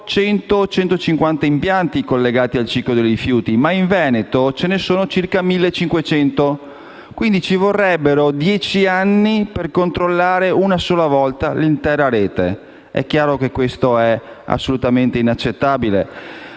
100-150 impianti collegati al ciclo dei rifiuti; ma in Veneto ci sono circa 1.500 impianti, quindi ci vorrebbero dieci anni per controllare una sola volta l'intera rete. È chiaro che questo è assolutamente inaccettabile.